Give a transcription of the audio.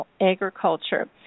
agriculture